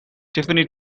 tiffany